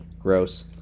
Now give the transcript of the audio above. Gross